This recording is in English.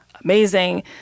amazing